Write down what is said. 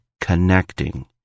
connecting